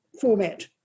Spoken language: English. format